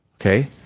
Okay